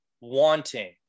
wanting